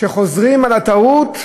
שחוזרים על הטעות,